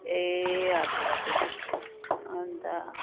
ए हजुर हजुर अन्त